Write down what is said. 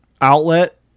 outlet